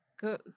Go